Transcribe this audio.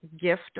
gift